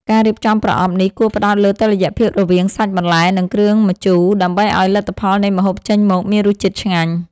ការរៀបចំប្រអប់នេះគួរផ្ដោតលើតុល្យភាពរវាង សាច់ បន្លែ និងគ្រឿងម្ជូរ ដើម្បីឱ្យលទ្ធផលនៃម្ហូបចេញមកមានរសជាតិឆ្ងាញ់។